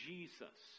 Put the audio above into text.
Jesus